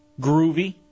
Groovy